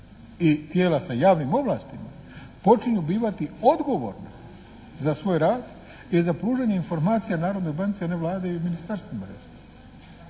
i tijela sa javnim ovlastima počinju bivati odgovorna za svoj rad i za pružanje informacija Narodnoj banci, a ne Vlade i ministarstvima